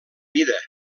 mida